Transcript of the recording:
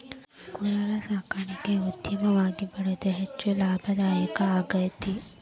ಕುರರ ಸಾಕಾಣಿಕೆ ಉದ್ಯಮವಾಗಿ ಬೆಳದು ಹೆಚ್ಚ ಲಾಭದಾಯಕಾ ಆಗೇತಿ